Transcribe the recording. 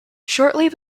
shortly